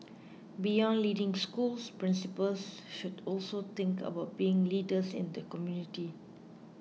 beyond leading schools principals should also think about being leaders in the community